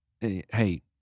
hey